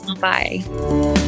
Bye